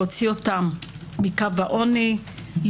להוציא אותם מקו העוני,